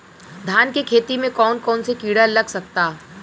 धान के खेती में कौन कौन से किड़ा लग सकता?